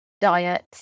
diet